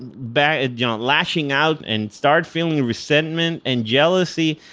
and bad yeah lashing out and start feeling resentment, and jealousy,